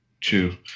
two